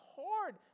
hard